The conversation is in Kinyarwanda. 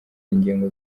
ingingo